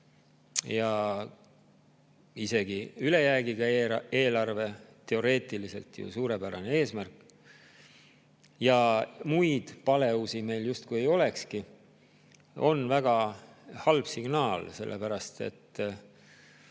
isegi ülejäägiga eelarve – teoreetiliselt ju suurepärane eesmärk –, ja muid paleusi meil justkui ei olekski, on väga halb signaal, sellepärast et